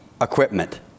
equipment